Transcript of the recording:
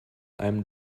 einem